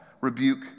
rebuke